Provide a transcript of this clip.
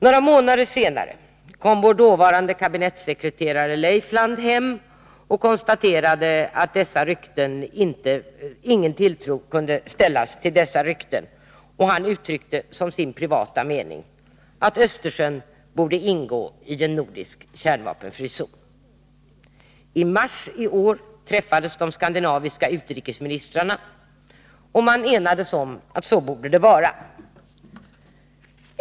Några månader senare kom vår dåvarande kabinettssekreterare Leifland hem och konstaterade att ingen tilltro kunde ställas till dessa rykten, och han uttryckte som sin privata mening att Östersjön borde ingå i en nordisk kärnvapenfri zon. I mars i år träffades de skandinaviska utrikesministrarna, och man enades om att så borde det vara.